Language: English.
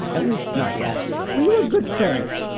at least not yet we were good friends.